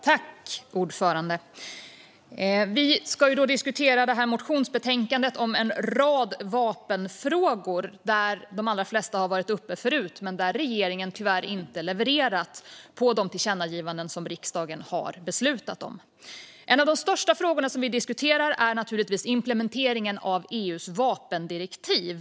Fru talman! Vi ska diskutera motionsbetänkandet om en rad vapenfrågor. De allra flesta har varit uppe förut, men regeringen har tyvärr inte levererat utifrån de tillkännagivanden som riksdagen har beslutat om. En av de största frågorna vi diskuterar är implementeringen av EU:s vapendirektiv.